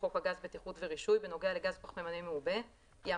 חוק הגז (בטיחות ורישוי) בנוגע לגז פחמימני מעובה יעמדו